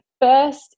first